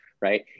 right